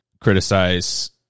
criticize